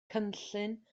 cynllun